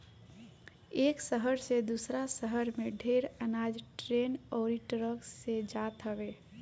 एक शहर से दूसरा शहर में ढेर अनाज ट्रेन अउरी ट्रक से जात हवे